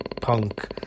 punk